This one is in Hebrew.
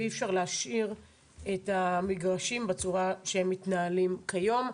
אי אפשר להשאיר את המגרשים בצורה שהם מתנהלים כיום,